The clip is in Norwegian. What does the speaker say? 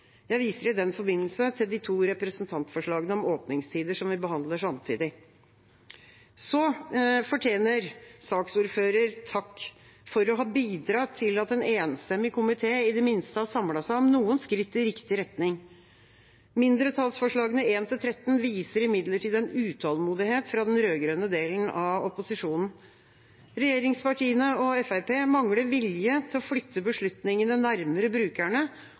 Jeg viser i den forbindelse til de to representantforslagene om åpningstider, som vi også behandler nå. Saksordføreren fortjener takk for å ha bidratt til at en enstemmig komité i det minste har samlet seg om noen skritt i riktig retning. Mindretallsforslagene nr. 1–13 viser imidlertid en utålmodighet fra den rød-grønne delen av opposisjonen. Regjeringspartiene og Fremskrittspartiet mangler vilje til å flytte beslutningene nærmere brukerne,